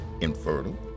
infertile